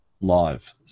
live